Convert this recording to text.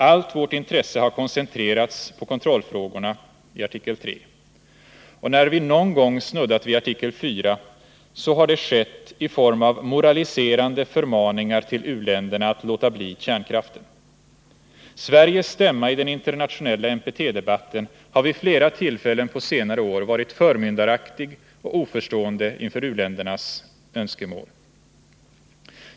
Allt vårt intresse har koncentrerats på kontrollfrågorna i artikel 3, och när vi någon gång snuddat vid artikel 4 har det skett i form av moraliserande förmaningar till u-länderna att låta bli kärnkraften. Sveriges stämma i den internationella NPT-debatten har vid flera tillfällen på senare år varit förmyndaraktig och oförstående inför u-ländernas önskemål.